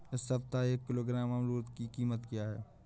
इस सप्ताह एक किलोग्राम अमरूद की कीमत क्या है?